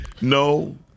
No